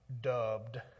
dubbed